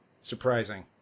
surprising